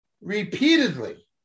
Repeatedly